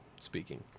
speaking